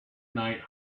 night